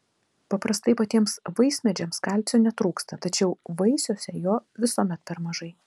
paprastai patiems vaismedžiams kalcio netrūksta tačiau vaisiuose jo visuomet per mažai